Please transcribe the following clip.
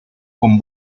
con